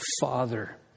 father